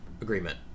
agreement